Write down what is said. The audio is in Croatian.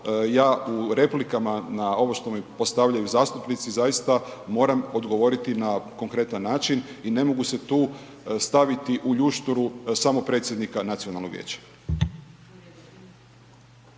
ja u replikama na ovo što mi postavljaju zastupnici zaista moram odgovoriti na konkretan način i ne mogu se tu staviti u ljušturu samo predsjednika Nacionalnog vijeća.